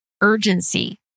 urgency